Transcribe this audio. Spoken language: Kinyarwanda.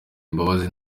imbabazi